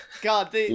God